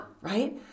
right